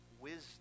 wisdom